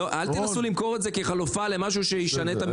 אל תנסו למכור את זה כחלופה למשהו שישנה את המדיניות.